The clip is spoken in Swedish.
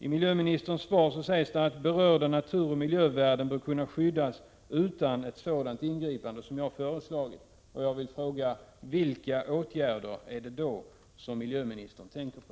I miljöministerns svar sägs att berörda naturoch miljövärden bör kunna skyddas utan ett sådant ingripande som jag föreslagit, och jag vill fråga: Vilka åtgärder är det då som miljöministern tänker på?